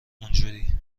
اونجوری